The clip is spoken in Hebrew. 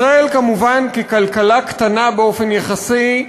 ישראל, כמובן, ככלכלה קטנה באופן יחסי,